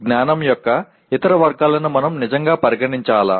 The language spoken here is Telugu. జ్ఞానం యొక్క ఇతర వర్గాలను మనం నిజంగా పరిగణించాలా